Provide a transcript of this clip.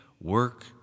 work